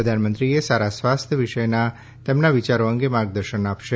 પ્રધાનમંત્રીએ સારા સ્વાસ્થ્ય વિશેના તેમના વિચારો અંગે માર્ગદર્શન આપશે